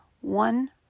One